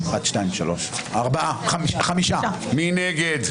מי נגד?